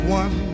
one